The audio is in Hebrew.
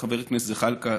וחבר הכנסת זחאלקה,